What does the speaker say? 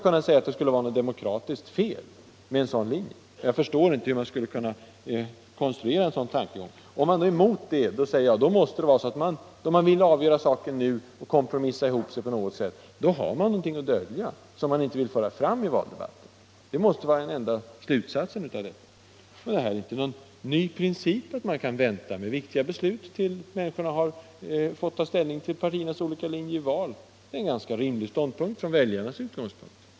Om man är emot detta och vill avgöra saken nu genom att kompromissa ihop sig på något sätt, måste det vara så att man har någonting att dölja, någonting som man inte vill föra fram i valdebatten. Det är den enda slutsats jag kan dra. Vad är det? Det är ju inte någon ny princip att man kan vänta med viktiga beslut tills människorna har fått ta ställning till partiernas olika linjer i val. Från väljarnas utgångspunkt är det ganska rimligt.